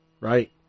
right